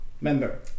member